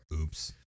Oops